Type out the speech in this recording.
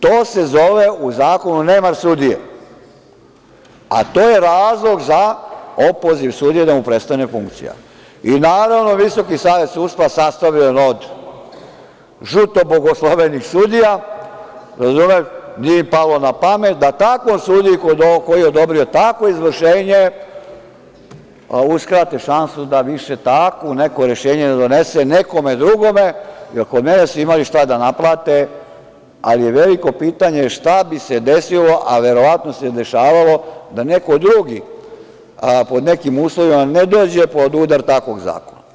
To se zove u zakonu nemar sudije, a to je razlog za opoziv sudije da mu prestane funkcija i naravno Visoki savet sudstva, sastavljen od žuto bogoslovenih sudija, razumeš, nije im palo na pamet da takvom sudiji kod ovog ko je odobrio takvo izvršenje uskrate šansu da više takvo neko rešenje ne donese nekome drugome, jer kod mene su imali šta da naplate, ali je veliko pitanje šta bi se desilo, a verovatno se dešavalo da neko drugi pod nekim uslovima ne dođe pod udar takvog zakona.